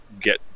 get